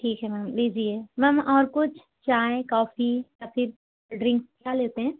ठीक है मैम लीजिए मैम और कुछ चाय कॉफी या फिर ड्रिंक क्या लेते हैं